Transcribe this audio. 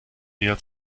näher